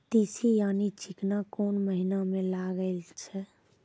तीसी यानि चिकना कोन महिना म लगाय छै?